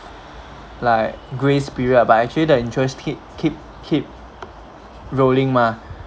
like grace period but actually the interested keep keep keep rolling mah